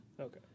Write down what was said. Okay